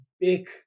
big